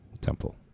Temple